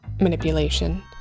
manipulation